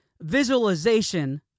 visualization